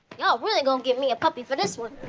ya'll really gon' get me a puppy for this one.